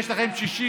יש לכם שישי-שבת,